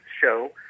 show